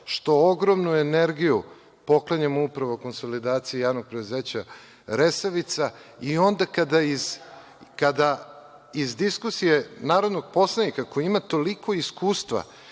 što ogromnu energiju poklanjamo upravo konsolidaciji javnog preduzeća Resavica. Onda kada iz diskusije narodnog poslanika, koji ima toliko iskustva